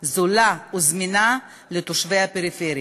זולה וזמינה שלו לתושבי הפריפריה.